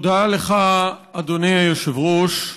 תודה לך, אדוני היושב-ראש.